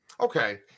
Okay